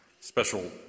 special